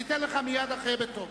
אני אתן לך מייד אחרי כן.